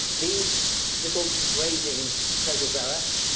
these little grazing protozoa,